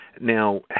Now